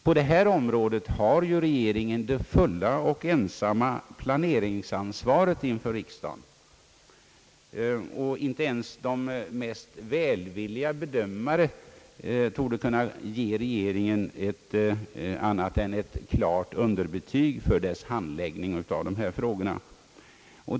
På detta område har ju regeringen det fulla och ensamma planeringsansvaret inför riksdagen. Inte ens de mest välvilliga bedömare torde kunna ge regeringen annat än ett klart underbetyg för dess handläggning av dessa frågor.